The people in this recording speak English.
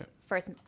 first